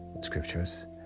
scriptures